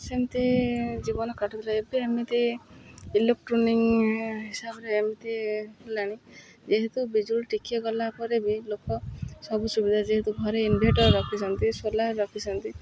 ସେମିତି ଜୀବନ କାଟୁଥିଲେ ଏବେ ଏମିତି ଇଲୋକ୍ଟ୍ରୋନିକ୍ ହିସାବରେ ଏମିତି ହେଲାଣି ଯେହେତୁ ବିଜୁଳି ଟିକେ ଗଲା ପରେ ବି ଲୋକ ସବୁ ସୁବିଧା ଯେହେତୁ ଘରେ ଇନଭଟର୍ ରଖିଛନ୍ତି ସୋଲାର୍ ରଖିଛନ୍ତି